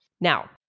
Now